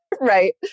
Right